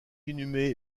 inhumé